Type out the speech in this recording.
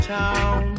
town